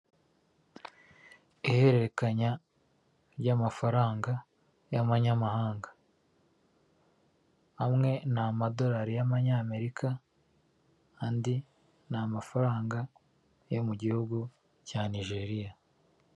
Iherekanya ry'amafaranga y'amanyamahanga, amwe ni amadolari y'amanyamerika, andi ni amafaranga yo mu gihugu cya Nigeriya.